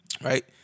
Right